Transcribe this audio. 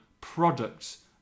products